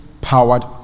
powered